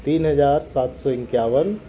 तीन हजार सात सौ इक्यावन